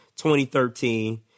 2013